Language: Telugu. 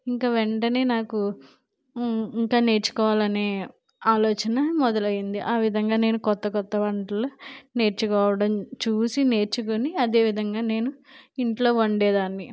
ఇంక వెంటనే నాకు ఇంకా నేర్చుకొవాలనే ఆలోచన మొదలయ్యింది ఆ విధంగా నేను కొత్త కొత్త వంటలు నేర్చుకోవడం చూసి నేర్చుకొని అదేవిధంగా నేను ఇంట్లో వండేదానిని